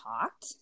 talked